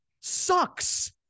Sucks